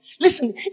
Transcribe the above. Listen